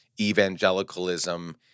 evangelicalism